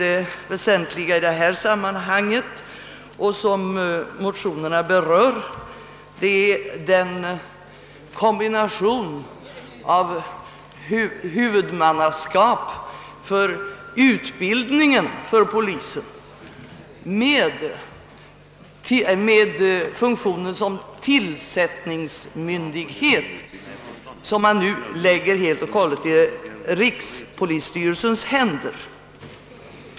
Det väsentliga i detta sammanhang och det som motionerna berör är den kombination av huvudmannaskap för utbildningen inom polisen med funktionen såsom = tillsättningsmyndighet vilken nu helt och hållet läggs i rikspolisstyrelsens händer.